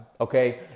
okay